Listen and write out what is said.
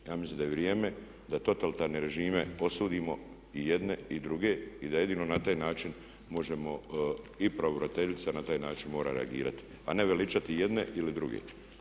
Ja mislim da je vrijeme da totalitarne režime osudimo i jedne i druge i da jedino na taj način možemo i pravobraniteljica na taj način mora reagirati, a ne veličati jedne ili druge.